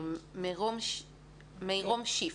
מירום שיף.